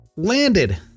landed